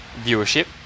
viewership